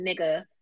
nigga